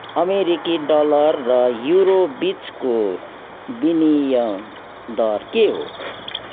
अमेरिकी डलर र युरो बिचको विनिमय दर के हो